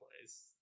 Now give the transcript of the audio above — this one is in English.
place